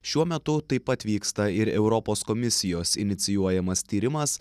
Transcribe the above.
šiuo metu taip pat vyksta ir europos komisijos inicijuojamas tyrimas